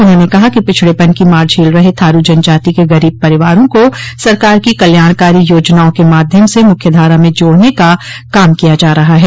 उन्होंने कहा कि पिछड़ेपन की मार झेल रहे थारू जनजाति के गरोब परिवारों को सरकार की कल्याणकारी योजनाओं के माध्यम से मुख्य धारा में जोड़ने का काम किया जा रहा है